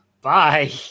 Bye